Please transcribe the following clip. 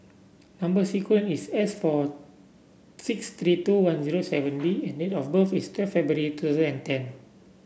number sequence is S four six three two one zero seven B and date of birth is twelve February two thousand and ten